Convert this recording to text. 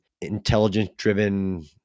intelligence-driven